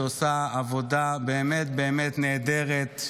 שעושה עבודה באמת נהדרת,